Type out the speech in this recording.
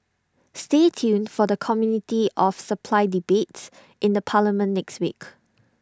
stay tuned for the committee of supply debates in the parliament next week